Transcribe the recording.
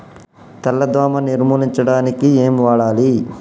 తెల్ల దోమ నిర్ములించడానికి ఏం వాడాలి?